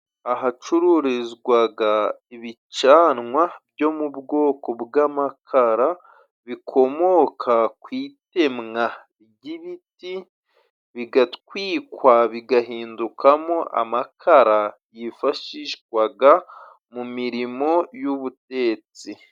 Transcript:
Ahacururizwaga ibicanwa byo mu bwoko bw'amakara bikomoka ku itemwa ry'ibiti, bigatwikwa bigahindukamo amakara yifashishwaga mu mirimo y'ubutetsi.